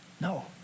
No